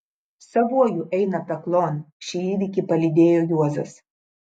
savuoju eina peklon šį įvykį palydėjo juozas